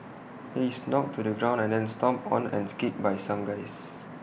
he is knocked to the ground and then stomped on and kicked by some guys